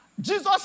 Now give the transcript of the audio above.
Jesus